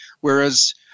whereas